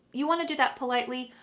you want to do that politely.